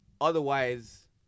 otherwise